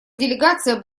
делегация